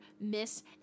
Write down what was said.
miss